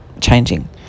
changing